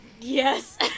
Yes